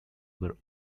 were